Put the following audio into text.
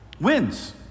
wins